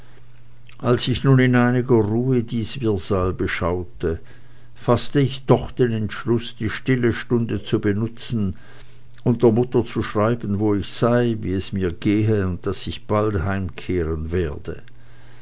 als ich nun in einiger ruhe dies wirrsal beschaute faßte ich doch den entschluß die stille stunde zu benützen und der mutter zu schreiben wo ich sei wie es mir gehe und daß ich bald heimkehren werde